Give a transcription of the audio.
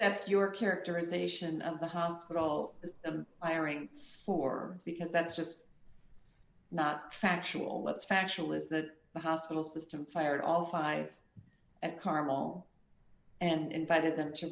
to your characterization of the hospital the ira for because that's just not factual let's factual is that the hospital system fired all five at carmel and invited them to